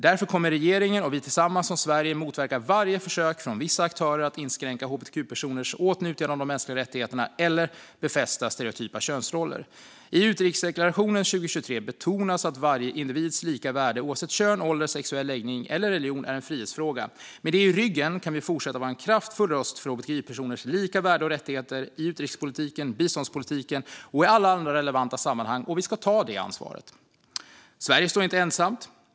Därför kommer regeringen och vi tillsammans som land att motverka varje försök från vissa aktörer att inskränka hbtqi-personers åtnjutande av de mänskliga rättigheterna eller befästa stereotypa könsroller. I regeringens utrikesdeklaration för 2023 betonas att varje individs lika värde oavsett kön, ålder, sexuell läggning eller religion är en frihetsfråga. Med det i ryggen kan vi fortsätta att vara en kraftfull röst för hbtqi-personers lika värde och rättigheter i utrikespolitiken, biståndspolitiken och i alla andra relevanta sammanhang, och vi ska ta det ansvaret. Sverige står inte ensamt.